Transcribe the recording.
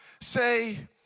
say